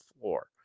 floor